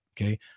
Okay